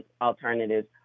alternatives